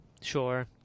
Sure